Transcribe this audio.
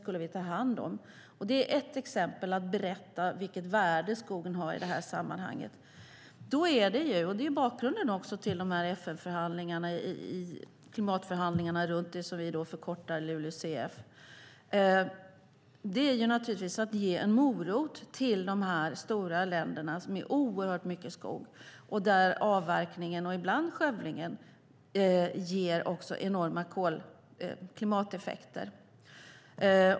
Detta är ett exempel på hur man kan berätta vilket värde skogen har i det här sammanhanget. Detta är naturligtvis, och det är också bakgrunden till FN:s klimatförhandlingar runt det vi förkortar LULUCF, att ge en morot till de här stora länderna som har oerhört mycket skog och där avverkningen och ibland skövlingen ger enorma klimateffekter.